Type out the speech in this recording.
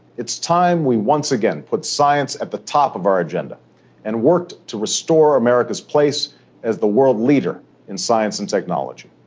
it's time we once again put science at the top of our agenda and worked to restore america's place as the world leader in science and technology.